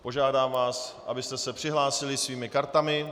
Požádám vás, abyste se přihlásili svými kartami.